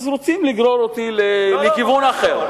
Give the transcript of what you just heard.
רוצים לגרור אותי לכיוון אחר.